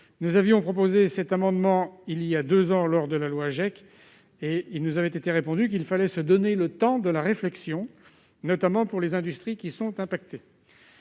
Nous avions proposé un amendement similaire il y a deux ans, lors de l'examen du projet de loi AGEC, et il nous avait été répondu qu'il fallait se donner le temps de la réflexion, notamment pour les industries qui sont affectées.